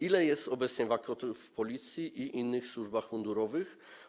Ile jest obecnie wakatów w Policji i innych służbach mundurowych?